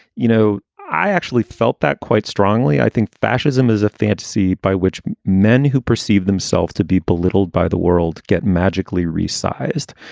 you know, i actually felt that quite strongly. i think fascism is a fantasy by which men who perceive themselves to be belittled by the world get magically resized.